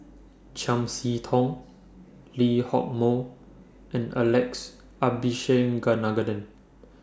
Chiam See Tong Lee Hock Moh and Alex